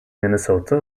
minnesota